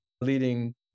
leading